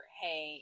hey